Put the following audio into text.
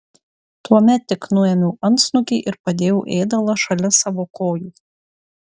tuomet tik nuėmiau antsnukį ir padėjau ėdalą šalia savo kojų